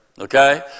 okay